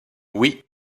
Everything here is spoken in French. oui